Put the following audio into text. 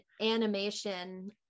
animation